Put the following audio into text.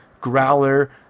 growler